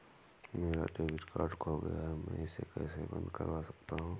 मेरा debit card खो गया है मैं इसे कैसे बंद करवा सकता हूँ?